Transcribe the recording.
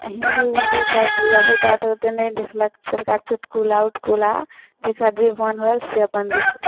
आओर हिन्दी उन्दी सब धिआपुता तऽ ओतेक नहि देखलक छोटका चुटकुला उटकुला जकरा जे मोन होइ से देखलक